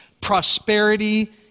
Prosperity